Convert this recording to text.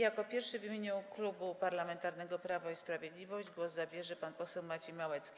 Jako pierwszy w imieniu Klubu Parlamentarnego Prawo i Sprawiedliwość głos zabierze pan poseł Maciej Małecki.